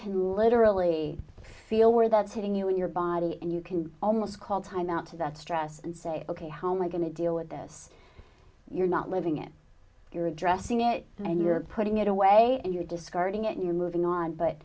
can literally feel where that's hitting you in your body and you can almost call time out to that stress and say ok home i'm going to deal with this you're not living it you're addressing it and you're putting it away and you're discarding it you're moving on but